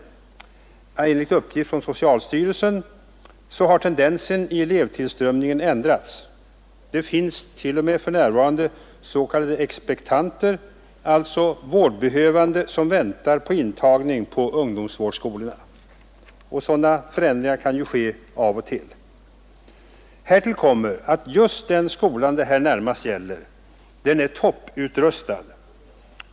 Enligt uppgift från socialstyrelsen har tendensen i elevtillströmningen förändrats. Det finns t.o.m. för närvarande s.k. expektanter, alltså vårdbehövande som väntar på intagning på ungdomsvårdsskolor. Sådana förändringar kan ju ske av och till. Härtill kommer att just den skola det här närmast gäller är topputrustad.